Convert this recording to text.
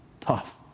tough